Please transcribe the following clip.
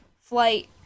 flight